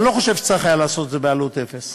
אני לא חושב שהיה צריך לעשות את זה בעלות אפס.